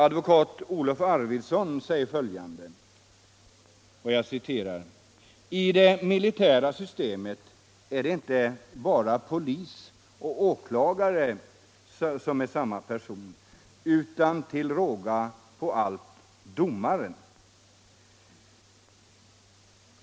Advokat Olof Arvidson säger följande: ”I det militära systemet är inte bara polis och åklagare samma person utan till råga på allt domaren.